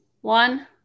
One